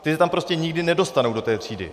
Ty se tam prostě nikdy nedostanou, do té třídy.